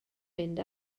mynd